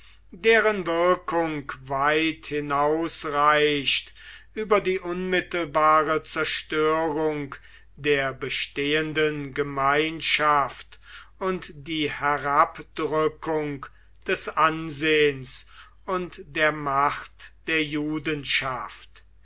deren wirkung weit hinaus reicht über die unmittelbare zerstörung der bestehenden gemeinschaft und die herabdrückung des ansehens und der macht der